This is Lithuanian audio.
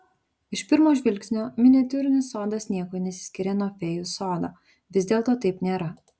iš pirmo žvilgsnio miniatiūrinis sodas niekuo nesiskiria nuo fėjų sodo vis dėlto taip nėra